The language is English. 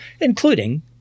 including